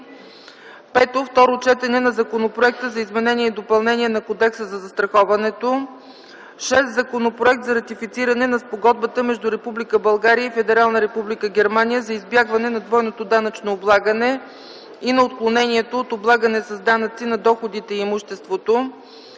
5. Второ четене на Законопроекта за изменение и допълнение на Кодекса за застраховането. 6. Законопроект за ратифициране на Спогодбата между Република България и Федерална република Германия за избягване на двойното данъчно облагане и на отклонението от облагане с данъци на доходите и имуществото.